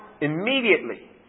immediately